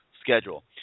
schedule